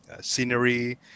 scenery